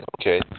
okay